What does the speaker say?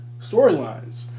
storylines